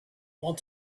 want